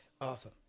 awesome